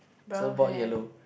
surf board yellow